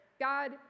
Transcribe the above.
God